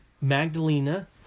Magdalena